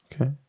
okay